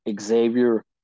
Xavier